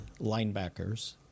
linebackers